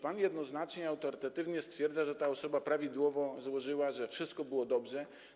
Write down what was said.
Pan jednoznacznie i autorytatywnie stwierdza, że ta osoba prawidłowo to złożyła, że wszystko było dobrze.